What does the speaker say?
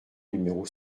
numéro